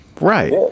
right